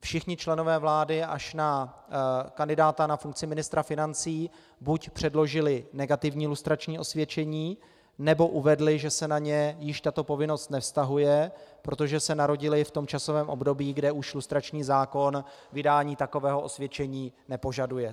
Všichni členové vlády až na kandidáta na funkci ministra financí buď předložili negativní lustrační osvědčení, nebo uvedli, že se na ně již tato povinnost nevztahuje, protože se narodili v časovém období, kdy lustrační zákon vydání takového osvědčení nepožaduje.